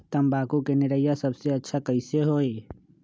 तम्बाकू के निरैया सबसे अच्छा कई से होई?